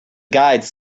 guides